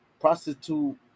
prostitute